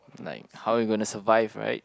like how you going to survive right